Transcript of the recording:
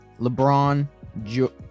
LeBron